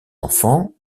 enfants